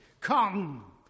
Come